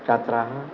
छात्राः